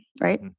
right